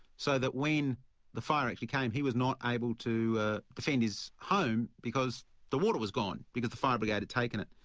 so that when the fire actually came, he was not able to defend his home because the water was gone, because the fire brigade had taken it.